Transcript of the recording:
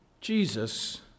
Jesus